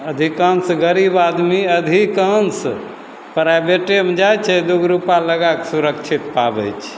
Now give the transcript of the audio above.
अधिकाँश गरीब आदमी अधिकाँश प्राइवेटेमे जाइ छै दुइगो रुपा लगाके सुरक्षित आबै छै